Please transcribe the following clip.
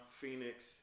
Phoenix